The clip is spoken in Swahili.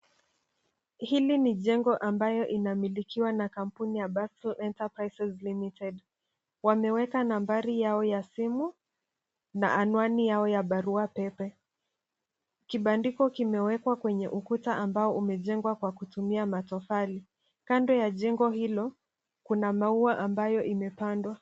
Hili ni jengo ambayo inamilikiwa na kampuni ya Baste Enterprises Limited. Wameweka nambari yao ya simu na anwani yao ya baraua pepe. Kibandiko kimewekwa kwenye ukuta ambao umejengwa kwa kutumia matofali. Kando ya jengo hilo, kuna maua ambayo imepandwa.